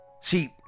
See